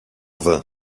vain